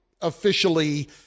officially